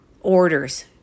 orders